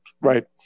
Right